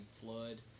Flood